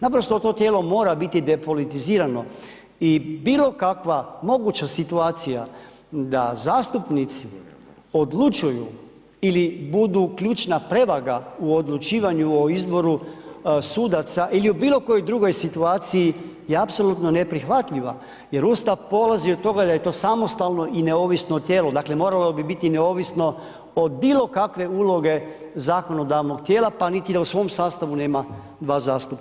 Naprosto to tijelo mora biti depolitizirano i bilo kakva moguća situacija da zastupnici odlučuju ili budu ključna prevaga u odlučivanju o izboru sudaca ili u bilo kojoj drugoj situaciji je apsolutno neprihvatljiva jer Ustav polazi od toga da je to samostalno i neovisno tijelo, dakle moralo bi biti neovisno od bilo kakve uloge zakonodavnog tijela pa niti da u svom sastavu nema dva zastupnika.